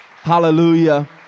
Hallelujah